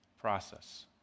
process